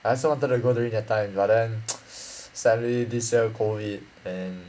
I also wanted to go during that time but then sadly this year COVID then